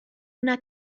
una